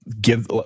give